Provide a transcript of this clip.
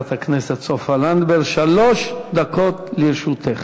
חברת הכנסת סופה לנדבר, שלוש דקות לרשותך.